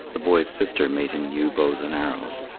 the boy's sister made him new bows and arrows.